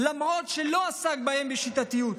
למרות שלא עסק בהן בשיטתיות.